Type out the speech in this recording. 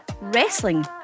wrestling